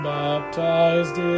baptized